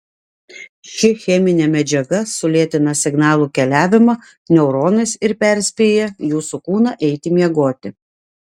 ši cheminė medžiaga sulėtina signalų keliavimą neuronais ir perspėja jūsų kūną eiti miegoti